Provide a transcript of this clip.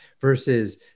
versus